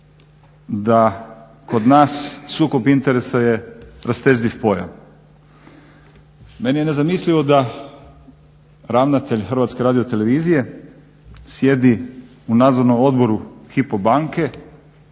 da kod nas sukob interesa je rastezljiv pojam. Meni je nezamislivo da ravnatelj HRT-a sjedi u Nadzornom odboru Hypo banke